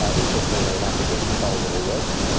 ah interestingly enough against coles and woolworths.